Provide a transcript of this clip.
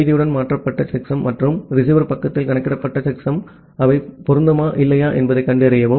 செய்தியுடன் மாற்றப்பட்ட செக்சம் மற்றும் ரிசீவர் பக்கத்தில் கணக்கிடப்பட்ட செக்ஸம் அவை பொருந்துமா இல்லையா என்பதைக் கண்டறியவும்